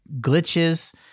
glitches